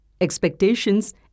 expectations